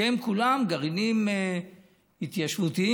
שהם כולם גרעינים התיישבותיים.